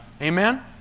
Amen